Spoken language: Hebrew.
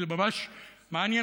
זה ממש מעניין,